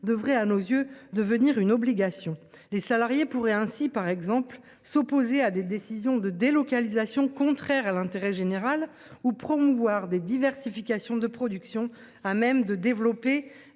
devrait à nos yeux, devenir une obligation. Les salariés pourraient ainsi par exemple s'opposer à des décisions de délocalisation, contraire à l'intérêt général ou promouvoir des diversifications de production à même de développer